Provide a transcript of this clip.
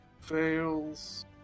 fails